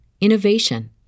innovation